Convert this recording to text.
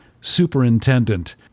superintendent